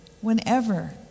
whenever